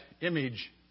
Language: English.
image